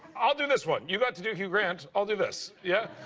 i will do this one, you got to do hugh grant, i will do this, yeah?